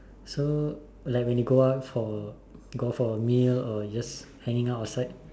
so like when you go out for go for a meal or you just hanging out outside